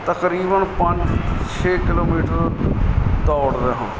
ਤਕਰੀਬਨ ਪੰਜ ਛੇ ਕਿਲੋਮੀਟਰ ਦੌੜ ਰਿਹਾ